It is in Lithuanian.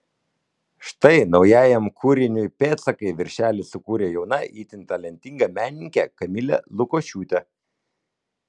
štai naujajam kūriniui pėdsakai viršelį sukūrė jauna itin talentinga menininkė kamilė lukošiūtė